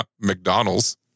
McDonald's